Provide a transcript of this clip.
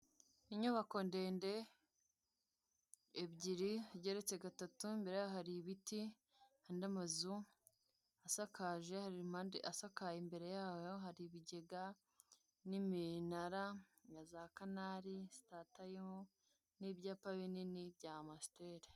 Inyubako ndende ebyiri igeretse gatatu imbere yaho hari ibiti n'amazu asakaye imbere yayo hari ibigega n'iminara na za kanari, sitatayimu n'ibyapa binini bya amusiteri.